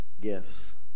gifts